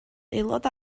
aelod